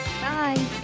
Bye